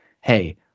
hey